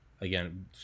again